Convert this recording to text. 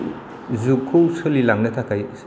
जुगखौ सोलिलांनो थाखाय